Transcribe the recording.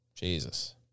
Jesus